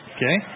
Okay